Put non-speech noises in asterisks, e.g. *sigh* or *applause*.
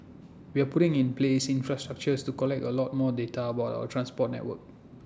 *noise* we're putting in place infrastructure to collect A lot more data about our transport network